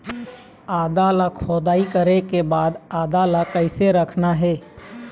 आदा ला खोदाई करे के बाद आदा ला कैसे रखना हे?